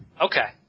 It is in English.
Okay